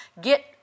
get